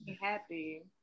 happy